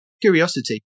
Curiosity